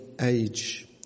age